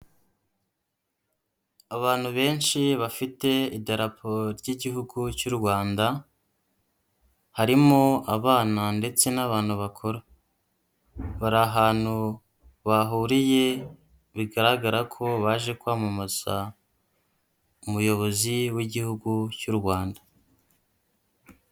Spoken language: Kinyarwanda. Abantu benshi bafite idarapo ry'Igihugu cy'u Rwanda, harimo abana ndetse n'abantu bakuru, bari ahantu bahuriye bigaragara ko baje kwamamaza umuyobozi w'Igihugu cy'u Rwanda.